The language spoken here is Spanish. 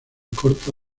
corta